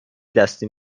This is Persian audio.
دسته